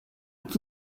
est